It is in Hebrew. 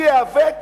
אני איאבק